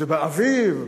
באביב,